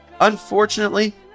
Unfortunately